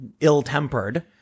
ill-tempered